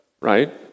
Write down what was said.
right